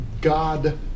God